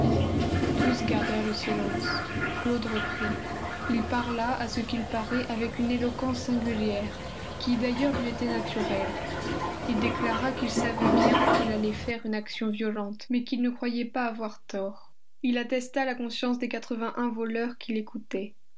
tous gardèrent le silence claude reprit il parla à ce qu'il paraît avec une éloquence singulière qui d'ailleurs lui était naturelle il déclara qu'il savait bien qu'il allait faire une action violente mais qu'il ne croyait pas avoir tort il attesta la conscience des quatrevingt un voleurs qui l'écoutaient